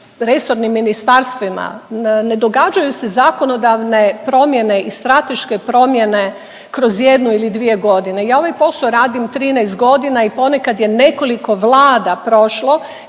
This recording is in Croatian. resornim ministarstvima, ne događaju se zakonodavne promjene i strateške promjene kroz jednu ili dvije godine. Ja ovaj posao radim 13 godina i ponekad je nekoliko vlada prošlo